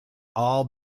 all